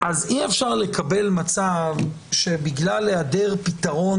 אז אי אפשר לקבל מצב שבגלל היעדר פתרון,